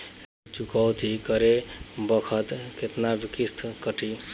ऋण चुकौती करे बखत केतना किस्त कटी?